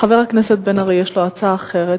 כבוד השר, חבר הכנסת בן-ארי יש לו הצעה אחרת.